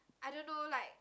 I don't know like